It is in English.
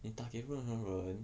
你打给任何人